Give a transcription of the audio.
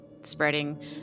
spreading